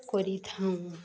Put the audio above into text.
କରିଥାଉ